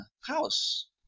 house